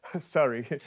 Sorry